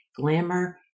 Glamour